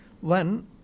One